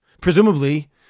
Presumably